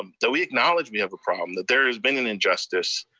and that we acknowledge we have a problem, that there has been an injustice,